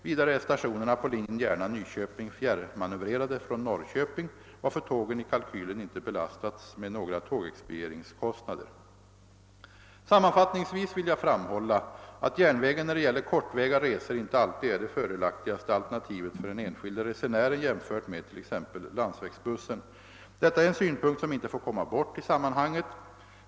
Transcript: Vidare är stationerna på linjen Järna— Nyköping fjärrmanövrerade från Norrköping, varför tågen i kalkylen inte belastats med några tågexpedieringskostnader. Sammanfattningsvis vill jag framhålla att järnvägen när det gäller kortväga resor inte alltid är det fördelaktigaste alternativet för den enskilde resenären jämfört med t.ex. landsvägsbussen. Detta är en synpunkt som inte får komma bort i sammanhanget.